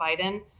Biden